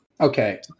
okay